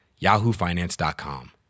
yahoofinance.com